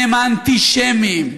הם אנטישמים,